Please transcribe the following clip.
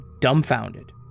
dumbfounded